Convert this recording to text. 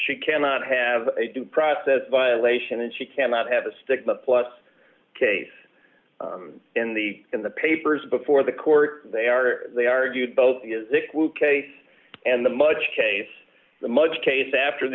she cannot have a due process violation and she cannot have a stigma plus case in the in the papers before the court they are they argued both case and the much case the mugs case after